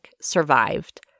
survived